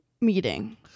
meeting